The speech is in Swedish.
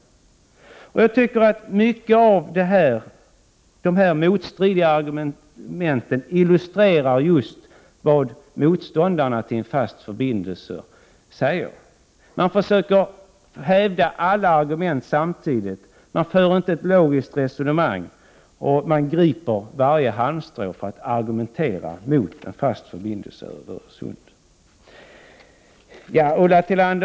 Många av dessa motstridiga argument tycker jag illustrerar vad motståndarna till en fast förbindelse säger. De försöker hävda alla argument samtidigt, för inga logiska resonemang och griper varje halmstrå för att argumentera mot en fast förbindelse över Öresund.